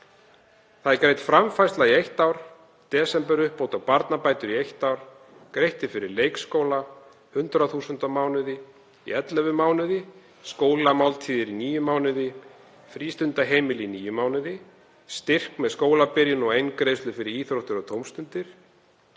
er greidd í eitt ár, desemberuppbót og barnabætur í eitt ár, greitt er fyrir leikskóla, 100.000 kr. á mánuði í 11 mánuði, skólamáltíðir í níu mánuði, frístundaheimili í níu mánuði, styrkur í skólabyrjun og eingreiðsla fyrir íþróttir og tómstundir,